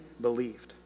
believed